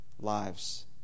lives